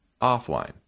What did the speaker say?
offline